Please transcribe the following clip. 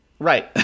Right